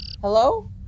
Hello